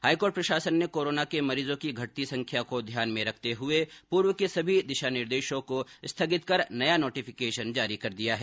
high court प्रशासन ने corona के मरीजों की घटती संख्या को ध्यान में रखते हुए पूर्व के सभी दिशा निर्देशों को स्थगित कर नया नोटिफिकेशन जारी कर दिया है